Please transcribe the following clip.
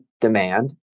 demand